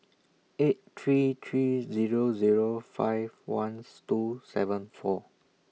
eight three three Zero Zero five Ones two seven four